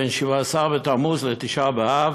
בין שבעה עשר בתמוז לתשעה באב.